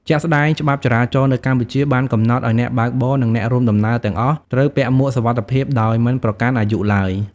ជាក់ស្ដែង ច្បាប់ចរាចរណ៍នៅកម្ពុជាបានកំណត់ឱ្យអ្នកបើកបរ និងអ្នករួមដំណើរទាំងអស់ត្រូវពាក់មួកសុវត្ថិភាពដោយមិនប្រកាន់អាយុឡើយ។